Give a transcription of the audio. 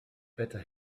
better